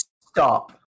stop